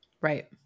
Right